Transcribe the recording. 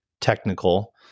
technical